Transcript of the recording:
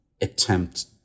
attempt